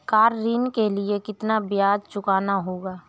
Car ऋण के लिए कितना ब्याज चुकाना होगा?